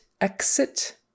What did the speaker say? Exit